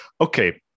Okay